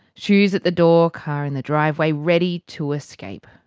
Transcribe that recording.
shoes at the door, car in the driveway, ready to escape.